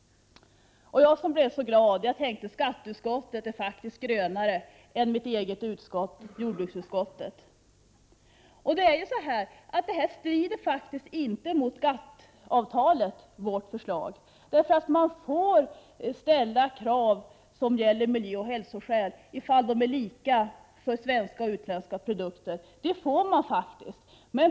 Och jag som blev så glad! Jag tänkte att skatteutskottet faktiskt är grönare än mitt eget utskott jordbruksutskottet. Vårt förslag strider inte mot GATT-avtalet. Man får nämligen ställa krav som gäller miljöoch hälsoskäl om de är lika för svenska och utländska produkter.